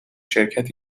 شرکت